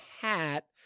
hat